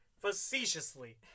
Facetiously